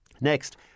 Next